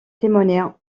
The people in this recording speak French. témoigna